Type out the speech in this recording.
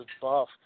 buff